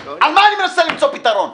על מה אני מנסה למצוא פתרון?